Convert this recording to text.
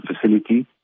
facility